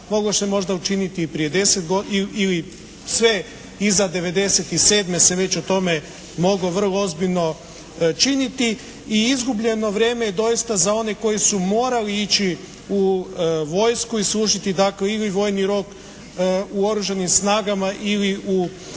Moglo se možda učiniti i prije 10 godina ili sve iza '97. se već o tome moglo vrlo ozbiljno činiti. I izgubljeno vrijeme je doista za one koji su morali ići u vojsku i služiti dakle ili vojni rok u Oružanim snagama ili u